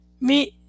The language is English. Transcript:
Meet